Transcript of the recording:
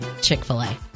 Chick-fil-A